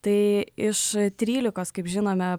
tai iš trylikos kaip žinome